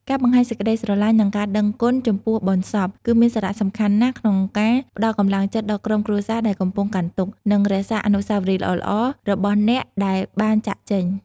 ការបង្ហាញសេចក្ដីស្រឡាញ់ និងការដឹងគុណចំពោះបុណ្យសព គឺមានសារៈសំខាន់ណាស់ក្នុងការផ្តល់កម្លាំងចិត្តដល់ក្រុមគ្រួសារដែលកំពុងកាន់ទុក្ខ និងរក្សាអនុស្សាវរីយ៍ល្អៗរបស់អ្នកដែលបានចាកចេញ។